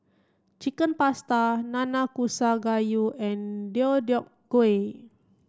Chicken Pasta Nanakusa Gayu and Deodeok Gui